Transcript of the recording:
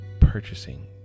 purchasing